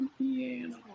piano